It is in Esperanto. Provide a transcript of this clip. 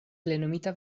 plenumita